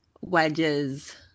Wedges